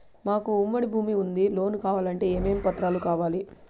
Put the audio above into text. మాకు ఉమ్మడి భూమి ఉంది లోను కావాలంటే ఏమేమి పత్రాలు కావాలి?